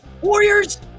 Warriors